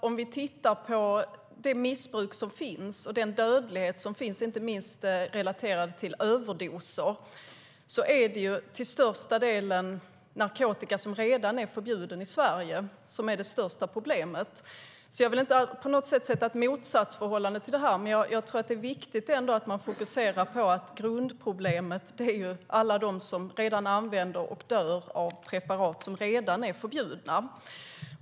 Om vi tittar på det missbruk som finns och på dödligheten, inte minst relaterad till överdoser, är det till största delen narkotika som redan är förbjuden i Sverige som är det största problemet. Jag vill inte på något sätt göra detta till ett motsatsförhållande, men jag tycker ändå att det är viktigt att man fokuserar på att grundproblemet är alla de människor som använder och dör av preparat som redan är förbjudna.